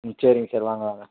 ம் சரிங்க சார் வாங்க வாங்க